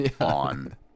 on